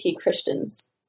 Christians